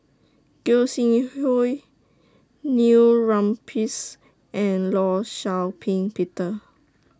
Gog Sing Hooi Neil Humphreys and law Shau Ping Peter